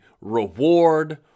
reward